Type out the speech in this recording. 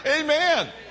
Amen